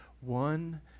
one